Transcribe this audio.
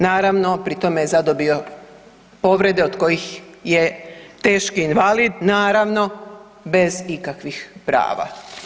Naravno pri tome je zadobio povrede od kojih je teški invalid naravno bez ikakvih prava.